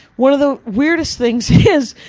one of the weirdest things is,